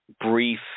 brief